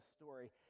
story